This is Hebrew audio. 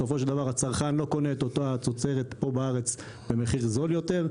בסופו של דבר הצרכן לא קונה את אותה תוצרת פה בארץ במחיר זול יותר,